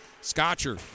Scotcher